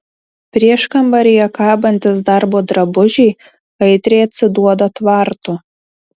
prieškambaryje kabantys darbo drabužiai aitriai atsiduoda tvartu